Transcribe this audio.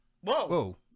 Whoa